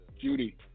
Judy